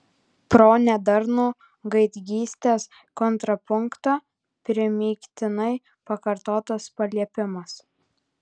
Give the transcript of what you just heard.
pro nedarnų gaidgystės kontrapunktą primygtinai pakartotas paliepimas